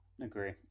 agree